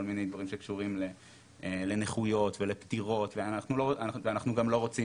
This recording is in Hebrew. כל מיני דברים שקשורים לנכויות ולפטירות ואנחנו גם לא רוצים